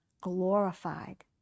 glorified